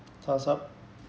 thumbs up